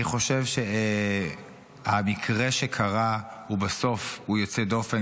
אני חושב שהמקרה שקרה הוא בסוף יוצא דופן,